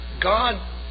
God